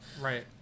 Right